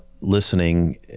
listening